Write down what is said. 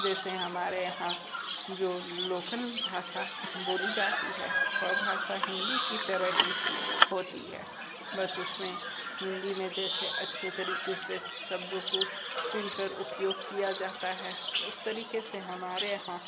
जैसे हमारे यहाँ जो लोकल भाषा बोली जाती है वह भाषा हिंदी की तरह ही होती है बस उसमें हिंदी में जैसे अच्छे तरीके से शब्दों को चुनकर उपयोग किया जाता है उस तरीके से हमारे यहाँ